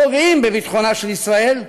פוגעים בביטחונה של ישראל,